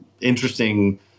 interesting